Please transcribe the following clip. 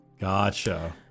Gotcha